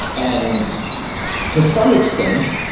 and to some extent,